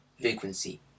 vacancy